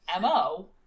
MO